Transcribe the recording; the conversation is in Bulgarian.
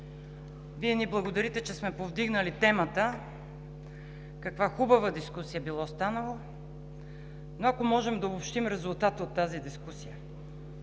Вие ни благодарите, че сме повдигнали темата, каква хубава дискусия била станала, но ако може да обобщим резултата от тази дискусия.